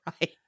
right